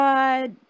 God